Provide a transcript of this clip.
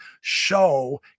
show